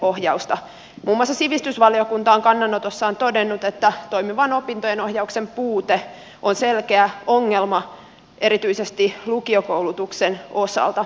muun muassa sivistysvaliokunta on kannanotossaan todennut että toimivan opintojenohjauksen puute on selkeä ongelma erityisesti lukiokoulutuksen osalta